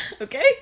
Okay